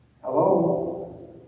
hello